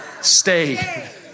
Stay